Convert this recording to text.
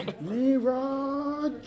Leroy